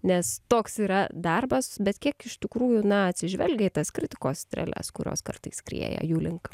nes toks yra darbas bet kiek iš tikrųjų na atsižvelgia į tas kritikos strėles kurios kartais skrieja jų link